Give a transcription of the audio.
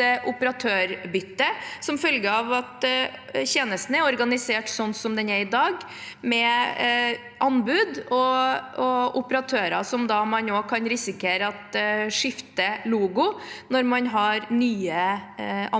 et operatørbytte som følge av at tjenesten er organisert sånn som den er i dag, med anbud og operatører som man også kan risikere at skifter logo når man har nye